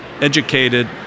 educated